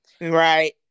right